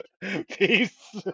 Peace